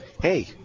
Hey